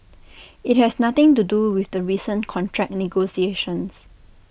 IT has nothing to do with the recent contract negotiations